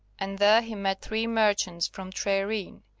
and there he met three merchants from tre rhyn,